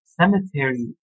cemetery